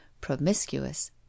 Promiscuous